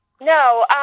No